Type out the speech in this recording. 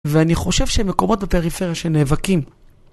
ואני חושב שמקומות בפריפריה שנאבקים.